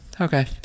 okay